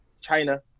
China